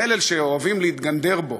מלל שאוהבים להתגנדר בו,